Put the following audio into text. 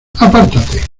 apártate